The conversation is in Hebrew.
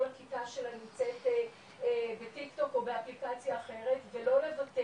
הכיתה שלה נמצאת בטיקטוק או באפליקציה אחרת ולא לוותר